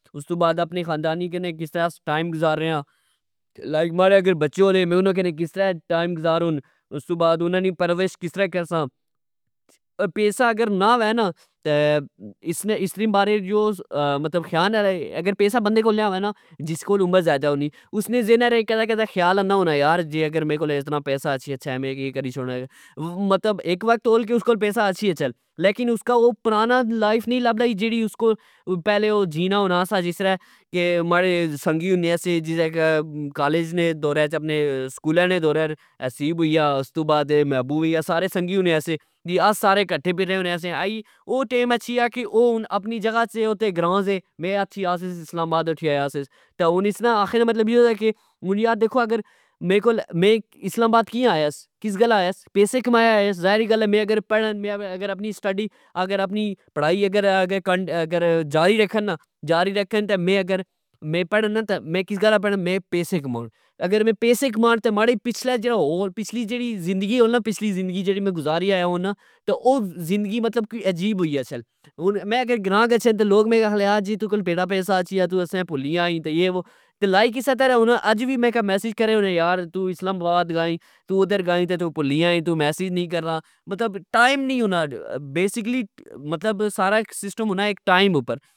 استو بعد اپنے خاندان نی کنے کس ترہ آس ٹئم گزارنے آ، تہ لائک ماڑے اگر بچے ہونے میں انا کری کس ترہ ٹئم گزارن ۔استو بعد انا نی پرورش کس طرع کرسا ،پیسا اگر نا وہ نا ،مطلب پیسا جس بندے کول نا وہہ نا جس کول عمر ذئدہ ہونی اس نے ذہنہ کدہہ کدہ خیال آنا ہونا یار اگر میرے کول اتنا پیسا اچھی گچھہ میں اے کری چھوڑا، مطلب اک وقت ہول کہ اس کول پیسا اچھی گچھہ لیکن اسکا او پرانا لائف نئی لب لئی جیڑی او پہلے او جینا ہونا سا جسرہ ماڑے سنگی ہونے سے جسرہ کالج نے دورہچ اپنے سکولہ نے دورہچ حسیب ہوئی گیا استو بعد محبوب ہوئی گیا سارے سنگی ہونے سے ۔آس سارےکٹھے پھرنے ہونے سیا ۔او ٹئم اچھی گیا کہ او ہن اپنی جگہ سے تہ گراں سے میں اچھی آس اسلام آباد اٹھی آیا سیس ہن اسنا آکھنے نا مطلب یو سا کہ ،ہن یار دیکھو کہ میں اگر میرے کول میں اسلام آباد کیا آیاس پیسے کمئے آیاس ذائری گل اہہ میں اگر پڑا ئی اگر ،جاری رکھا نا ،جاری رکھن میں پڑا نا تہ میں کس گلہ پڑا میں پیسے کمان اگر میں پیسے کما تہ ماڑی پچھلہ جیڑا ہور پچھلی جیڑی زندگی ہولنا، پچھلی جیڑی زندگی میں گزاری آیاہونا او زندگی مطلب اجیب ہوئی گچھیل ۔ہن میں اگر گرا گچھا نا گرا آلے آکھن جی تو کل پینا پیا سے تہ اج تو ساڑے کی پلی گیا ای تہ یہ وہ۔ تہ لائک اسہ طرع ہونا اج وی میں کہ میسج کریو نا یار تو اسلام آباد گیا ای تو ادھر گیا ای تہ تو پلی گیا ای تو میسج نے کرنا مطلب ٹائم نی ہونا ۔بیسکلی سارا اک سسٹم ہانا ٹائم اپر۔